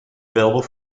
available